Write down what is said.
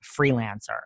freelancer